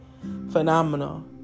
phenomenal